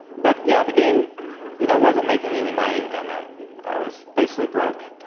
but yeah, the game you know, wasn't making any money, and i was basically broke.